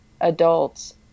adults